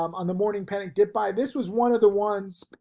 um on the morning panic dip buy. this was one of the ones